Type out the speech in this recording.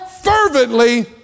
fervently